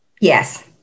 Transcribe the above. Yes